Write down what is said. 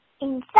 Inside